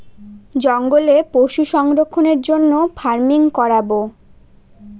জঙ্গলে পশু সংরক্ষণের জন্য ফার্মিং করাবো